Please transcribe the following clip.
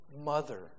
mother